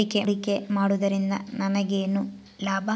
ಹೂಡಿಕೆ ಮಾಡುವುದರಿಂದ ನನಗೇನು ಲಾಭ?